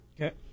Okay